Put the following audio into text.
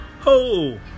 Ho